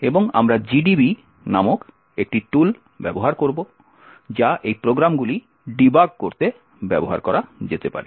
এবং আমরা জিডিবি নামক একটি টুল ব্যবহার করব যা এই প্রোগ্রামগুলি ডিবাগ করতে ব্যবহার করা যেতে পারে